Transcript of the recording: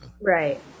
Right